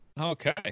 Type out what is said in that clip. okay